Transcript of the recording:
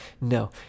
No